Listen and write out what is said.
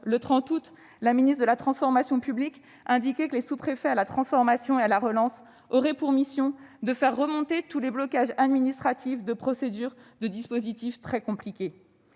Le 30 août, la ministre de la transformation et de la fonction publiques indiquait que les sous-préfets à la transformation et à la relance auraient pour mission de faire « remonter tous les blocages administratifs de procédures, de dispositifs très compliqués